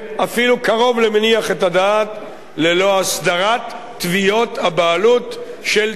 את הדעת ללא הסדרת תביעות הבעלות של תובעי הבעלות הבדואים.